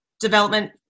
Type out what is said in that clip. development